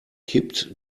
kippt